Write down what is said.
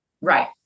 Right